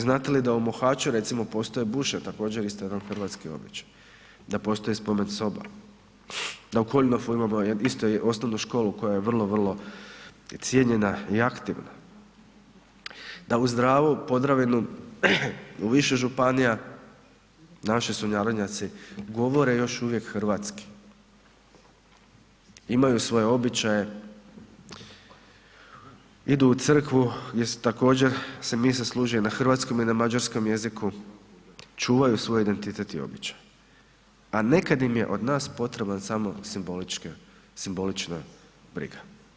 Znate li da u Mohaču recimo postoje buše također isto jedan hrvatski običaj, da postoji spomen soba, da … [[Govornik se ne razumije]] imamo jedan isto osnovnu školu koja je vrlo, vrlo cijenjena i aktivna, da uz Dravu, Podravinu, u više županija naši sunarodnjaci govore još uvijek hrvatski, imaju svoje običaje, idu u crkvu gdje se također se mise služe i na hrvatskom i na mađarskom jeziku, čuvaju svoj identitet i običaje, a nekad im je od nas potreban samo simbolična briga.